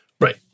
Right